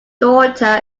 daughter